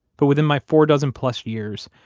but within my four dozen plus years,